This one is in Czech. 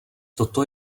toto